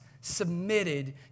submitted